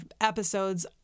episodes